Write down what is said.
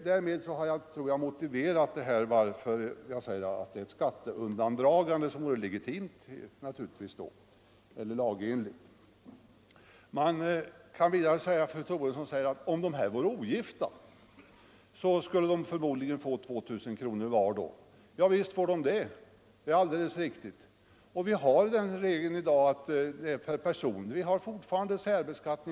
Därmed tror jag mig ha motiverat mitt påstående att det gäller ett skatteundandragande, som naturligtvis då vore lagenligt. Vidare säger fru Troedsson att om dessa personer vore ogifta, skulle de förmodligen få 2000 kronor var i avdrag. Ja, visst får de det, det är alldeles riktigt. Vi har fortfarande särbeskattning, och den slår igenom här också.